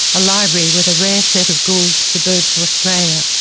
a library with a rare set of gould's the birds of australia,